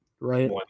Right